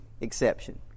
exception